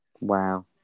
Wow